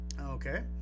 Okay